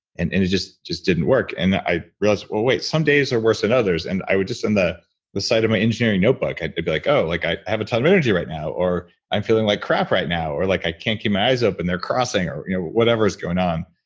and and just just didn't work. and i realized, wait, some days are worse than and others. and i would just in the the site of my engineering notebook, i'd be like, oh, like i have a ton of energy right now or i'm feeling like crap right now or like i can't keep my eyes open they're crossing or you know whatever is going on.